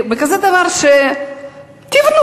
תבנו